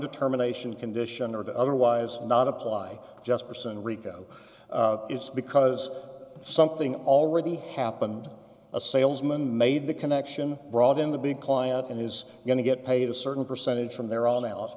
determination condition that otherwise not apply jesperson rico it's because something already happened a salesman made the connection brought in the big client and is going to get paid a certain percentage from there on